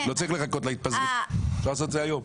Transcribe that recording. לא צריך לחכות להתפזרות, אפשר לעשות את זה היום.